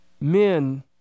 men